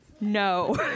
No